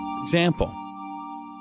Example